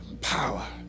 power